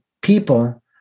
people